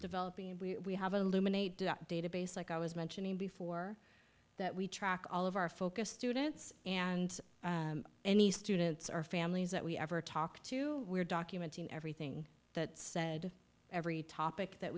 developing and we have a lumen a database like i was mentioning before that we track all of our focus students and any students our families that we ever talk to we're documenting everything that said every topic that